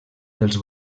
dels